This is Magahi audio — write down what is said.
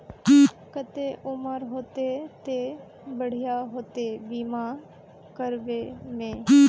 केते उम्र होते ते बढ़िया होते बीमा करबे में?